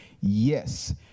Yes